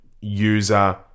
user